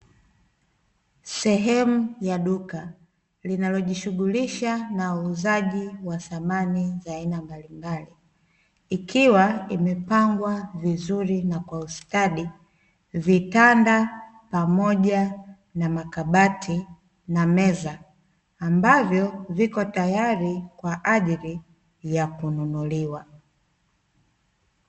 Sehemu ya duka linalojishughulisha na uuzaji wa samani za aina mbalimbali ikiwa imepangwa vizuri na kwa ustadi vitanda pamoja, na makabati na meza ambavyo viko tayari kwa ajili ya kununuliwa.